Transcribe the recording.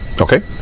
Okay